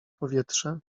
powietrze